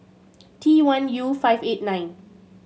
T one U five eight nine